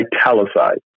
italicized